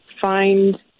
find